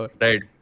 right